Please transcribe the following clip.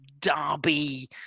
derby